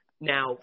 now